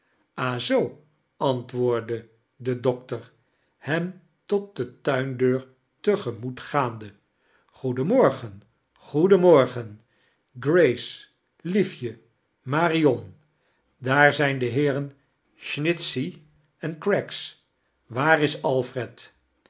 zoo i amtwoordde de doctor hen tot de tuindeur te gemoot gaande goeden morgen goeden morgan grace liefje marion daar zijn de heeren snitchey en craggs waar is alfred